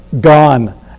gone